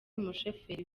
umushoferi